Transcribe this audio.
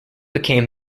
became